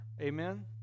Amen